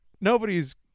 nobody's